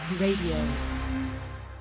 Radio